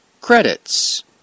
Credits